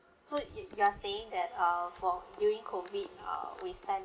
so you you are saying that uh for during COVID uh we spend